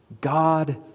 God